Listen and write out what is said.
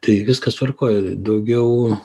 tai viskas tvarkoj daugiau